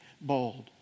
bold